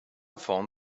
phone